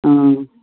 ꯑꯥ